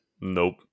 Nope